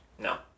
No